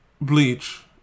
Bleach